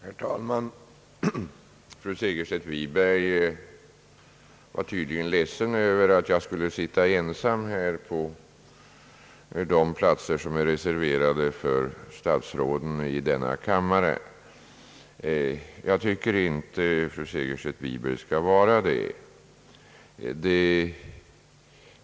Herr talman! Fru Segerstedt Wiberg var tydligen ledsen över att jag skulle sitta ensam på en av de platser som är reserverade för statsråd i denna kammare, Jag tycker inte att fru Segerstedt Wiberg skall vara ledsen.